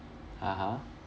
(uh huh)